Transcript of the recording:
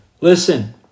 Listen